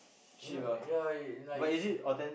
you know yeah like